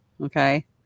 okay